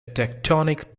tectonic